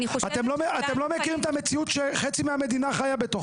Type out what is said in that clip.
אתם לא מכירים את המציאות שחצי מהמדינה חיה בתוכה.